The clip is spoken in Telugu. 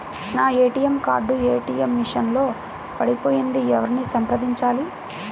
నా ఏ.టీ.ఎం కార్డు ఏ.టీ.ఎం మెషిన్ లో పడిపోయింది ఎవరిని సంప్రదించాలి?